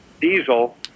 diesel